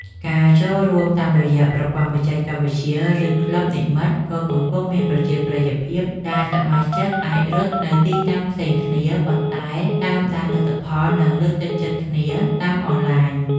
ការចូលរួមតាមរយៈប្រព័ន្ធបច្ចេកវិទ្យា ឬក្លឹបនិម្មិត ក៏កំពុងមានប្រជាប្រិយភាព ដែលសមាជិកអាចរត់នៅទីតាំងផ្សេងគ្នា ប៉ុន្តែតាមដានលទ្ធផល និងលើកទឹកចិត្តគ្នាតាមអនឡាញ។